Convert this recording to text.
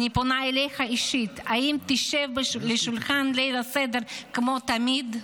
אני פונה אליך אישית: האם תשב לשולחן ליל הסדר כמו תמיד?